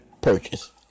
purchase